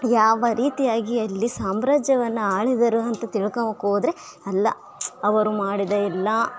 ಯಾವ ರೀತಿಯಾಗಿ ಅಲ್ಲಿ ಸಾಮ್ರಾಜ್ಯವನ್ನು ಆಳಿದರು ಅಂತ ತಿಳ್ಕಂಬೋಕೆ ಹೋದರೆ ಅಲ್ಲ ಅವರು ಮಾಡಿದ ಎಲ್ಲ